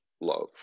love